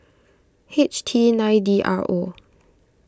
H T nine D R O